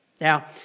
Now